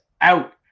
out